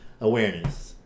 awareness